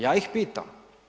Ja ih pitam.